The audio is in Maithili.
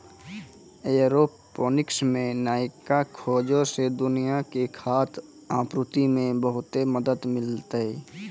एयरोपोनिक्स मे नयका खोजो से दुनिया के खाद्य आपूर्ति मे बहुते मदत मिलतै